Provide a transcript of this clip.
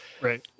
Right